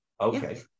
Okay